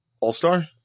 All-Star